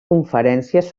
conferències